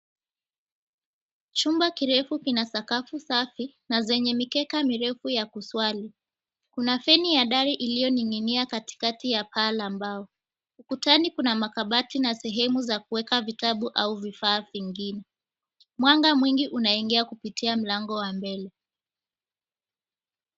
Chumba kirefu kina sakafu safi na zenye mikeka mirefu ya kuswali. Kuna feni ya dari iliyoning'inia katikati ya paa la mbao. Ukutani kuna makabati na sehemu za kuweka vitabu au vifaa vingine. Mwanga mwingi unaingia kupitia mlango wa mbele.